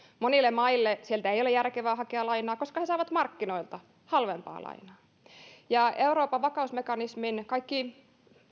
monille maille sieltä ei ole järkevää hakea lainaa koska he saavat markkinoilta halvempaa lainaa euroopan vakausmekanismin kaikki